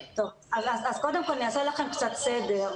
אני אעשה קצת סדר.